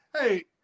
Hey